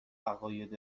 عقاید